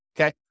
Okay